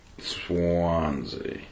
Swansea